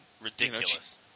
ridiculous